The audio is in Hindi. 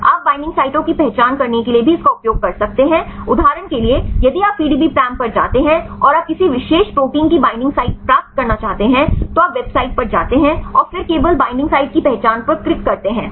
आप बाइंडिंग साइटों की पहचान करने के लिए भी इसका उपयोग कर सकते हैं उदाहरण के लिए यदि आप PDBparam पर जाते हैं और आप किसी विशेष प्रोटीन की बाइंडिंग साइटें प्राप्त करना चाहते हैं तो आप वेबसाइट पर जाते हैं और फिर केवल बाइंडिंग साइट की पहचान पर क्लिक करते हैं